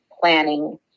planning